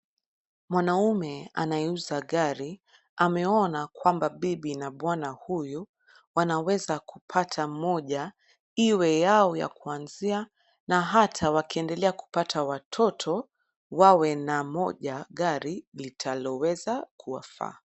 Mwanaume anayeuza gari ameona kwamba bibi na bwana huyu wanaweza kupata moja iwe yao ya kuanzia na hata wakiendelea kupata watoto, wawe na moja gari litaloweza kuwafaa.